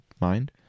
mind